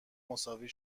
مساوی